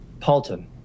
Paulton